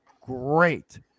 great